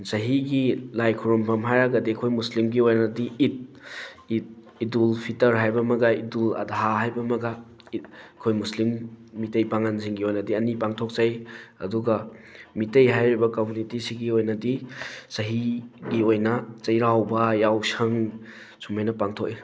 ꯆꯍꯤꯒꯤ ꯂꯥꯏ ꯈꯨꯔꯨꯝꯐꯝ ꯍꯥꯏꯔꯒꯗꯤ ꯑꯩꯈꯣꯏ ꯃꯨꯁꯂꯤꯝꯒꯤ ꯑꯣꯏꯅꯗꯤ ꯏꯗ ꯏꯗ ꯏꯗꯨꯜ ꯐꯤꯇꯔ ꯍꯥꯏꯕ ꯑꯃꯒ ꯏꯗꯨꯜ ꯑꯙꯥ ꯍꯥꯏꯕ ꯑꯃꯒ ꯑꯩꯈꯣꯏ ꯃꯨꯁꯂꯤꯝ ꯃꯤꯇꯩ ꯄꯥꯡꯒꯟꯁꯤꯡꯒꯤ ꯑꯣꯏꯅꯗꯤ ꯑꯅꯤ ꯄꯥꯡꯊꯣꯛꯆꯩ ꯑꯗꯨꯒ ꯃꯤꯇꯩ ꯍꯥꯏꯔꯤꯕ ꯀꯝꯃꯨꯅꯤꯇꯤꯁꯤꯒꯤ ꯑꯣꯏꯅꯗꯤ ꯆꯍꯤꯒꯤ ꯑꯣꯏꯅ ꯆꯩꯔꯥꯎꯕ ꯌꯥꯎꯁꯪ ꯁꯨꯃꯥꯏꯅ ꯄꯥꯡꯊꯣꯛꯏ